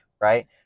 right